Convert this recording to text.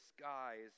skies